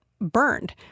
burned